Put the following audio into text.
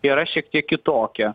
tai yra šiek tiek kitokie